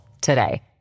today